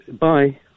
Bye